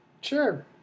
Sure